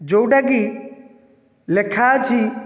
ଯେଉଁଟା କି ଲେଖା ଅଛି